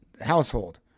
household